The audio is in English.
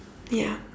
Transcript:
ya